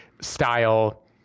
style